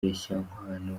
mureshyankwano